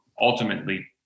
ultimately